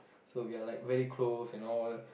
so we are like very close and all